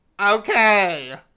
okay